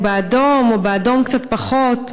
האם הוא באדום או באדום קצת פחות.